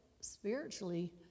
spiritually